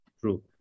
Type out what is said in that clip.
true